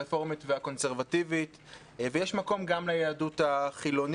הרפורמית והקונסרבטיבית ויש מקום גם ליהדות החילונית,